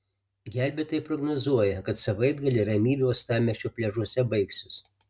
gelbėtojai prognozuoja kad savaitgalį ramybė uostamiesčio pliažuose baigsis